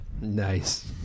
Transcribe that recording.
Nice